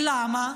למה?